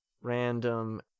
random